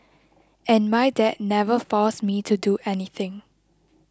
and my dad never forced me to do anything